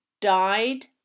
died